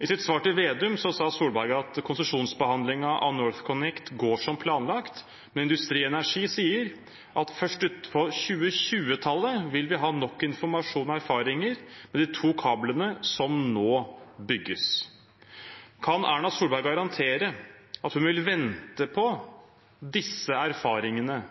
I sitt svar til representanten Slagsvold Vedum sa Solberg at konsesjonsbehandlingen av NorthConnect går som planlagt, men Industri Energi sier at først utpå 2020-tallet vil vi ha nok informasjon og erfaringer fra de to kablene som nå bygges. Kan Erna Solberg garantere at hun vil vente på erfaringene